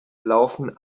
laufen